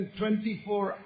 24